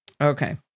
Okay